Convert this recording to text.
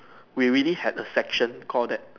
we really had a section call that